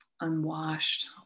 unwashed